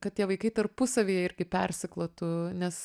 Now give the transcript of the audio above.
kad tie vaikai tarpusavyje irgi persiklotų nes